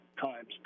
times